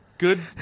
Good